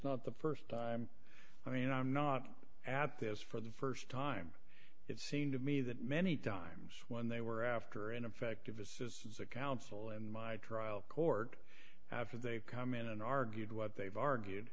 not the st time i mean i'm not at this for the st time it seemed to me that many times when they were after ineffective assistance of counsel in my trial court after they've come in and argued what they've argued